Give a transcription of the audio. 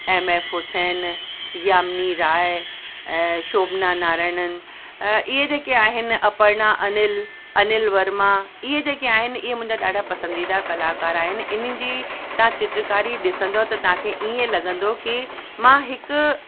M F Hussain Yamini Rai Shobhana Narayanan इहे जेके आहिनि अपर्णा अनिल अनिल वर्मा इहे जेके आहिनि इहे मुंहिंजा ॾाढा पसंदीदा कलाकार आहिनि हिननि जी तव्हां चित्रकारी ॾिसंदव त तव्हांखे ईअं लॻंदो की मां हिकु